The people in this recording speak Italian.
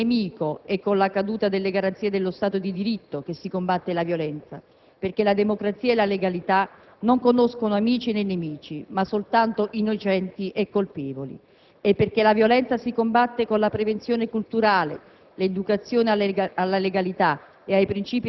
Non è certo con la logica del diritto penale del nemico e con la caduta delle garanzie dello Stato di diritto che si combatte la violenza, perché la democrazia e la legalità non conoscono amici, né nemici, ma soltanto innocenti e colpevoli e perché la violenza si combatte con la prevenzione culturale,